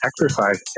exercise